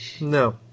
No